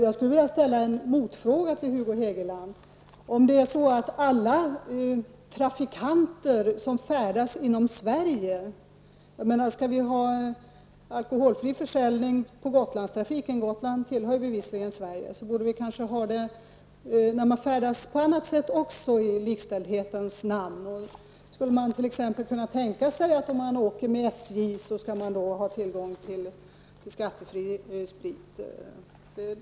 Jag skulle vilja ställa en motfråga till Hugo Hegeland: Skall vi ha skattefri alkoholförsäljning inom Gotlandstrafiken, borde vi kanske i likställdhetens namn också erbjuda detta till trafikanter som färdas på annat sätt inom Sverige -- Gotland tillhör bevisligen Sverige. Då skulle man t.ex. kunna tänka sig att om man åker med SJ skall man ha tillgång till skattefri sprit.